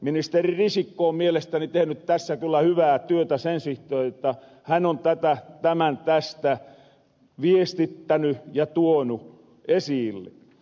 ministeri risikko on mielestäni tehnyt tässä kyllä hyvää työtä sen suhteen jotta hän on tätä tämän tästä viestittäny ja tuonu esiille